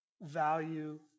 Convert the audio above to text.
value